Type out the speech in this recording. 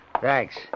Thanks